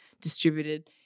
distributed